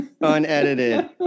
Unedited